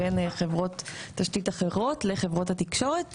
בין חברות תשתית אחרות לחברות התקשורת,